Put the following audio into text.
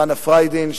חנה פריידין,